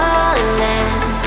Falling